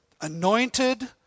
anointed